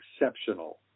exceptional